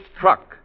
Truck